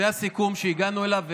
זה הסיכום שהגענו אליו.